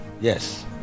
Yes